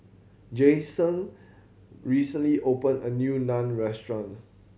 Jameson recently opened a new Naan Restaurant